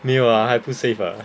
没有啊还不:mei you a hai safe 的